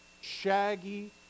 shaggy